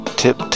tip